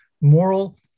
moral